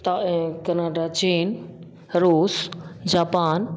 चीन रूस जापान